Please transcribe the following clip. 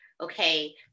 okay